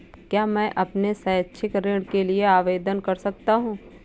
क्या मैं अपने शैक्षिक ऋण के लिए आवेदन कर सकता हूँ?